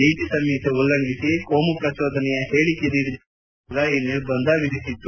ನೀತಿ ಸಂಹಿತೆ ಉಲ್ಲಂಘಿಸಿ ಕೋಮು ಪ್ರಜೋದನೆಯ ಹೇಳಿಕೆ ನೀಡಿದ್ದಕ್ಕಾಗಿ ಆಯೋಗ ಈ ನಿರ್ಬಂಧ ವಿಧಿಸಿತ್ತು